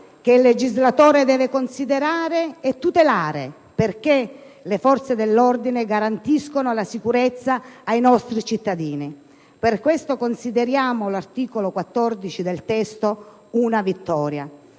che il legislatore deve considerare e tutelare, perché le forze dell'ordine garantiscono la sicurezza ai nostri cittadini. Per questo motivo, consideriamo l'articolo 14 del testo una vittoria,